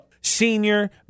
senior